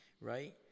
right